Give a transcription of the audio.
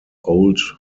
old